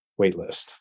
waitlist